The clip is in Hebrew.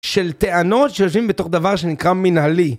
של טענות שיושבים בתוך דבר שנקרא מנהלי.